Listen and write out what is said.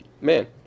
Man